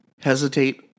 hesitate